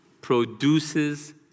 produces